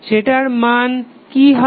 সেটার মান কি হবে